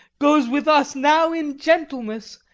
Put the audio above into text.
goes with us now in gentleness.